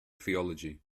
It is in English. theology